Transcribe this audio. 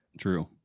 True